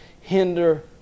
hinder